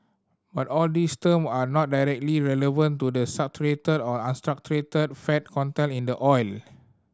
but all these term are not directly relevant to the saturated or unsaturated fat content in the oil